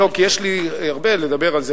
לא, כי יש לי הרבה לדבר על זה.